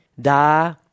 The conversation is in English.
Da